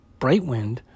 Brightwind